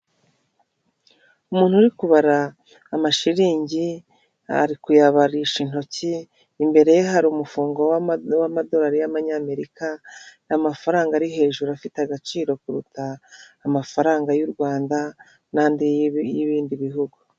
Umuntu uri kubara amashiriningi ari kuyabarisha intoki imbere ye hari umufungo wamadorari y'amanyamerika n'amafaranga ari hejuru afite agaciro kuruta amafaranga y'u Rwanda n'andi y'ibindi bihugu.